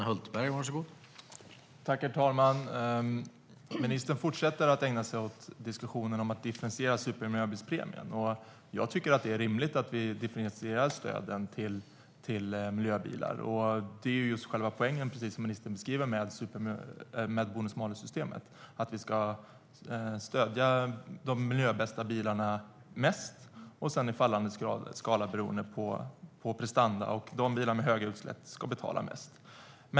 Herr talman! Ministern fortsätter att ägna sig åt diskussionen om att differentiera supermiljöbilspremien. Jag tycker att det är rimligt att vi differentierar stöden till miljöbilar, och det är som ministern beskriver själva poängen med bonus-malus-systemet. Vi ska stödja de miljöbästa bilarna mest, och sedan i fallande skala beroende på prestanda. De som har bilar med höga utsläpp ska betala mest.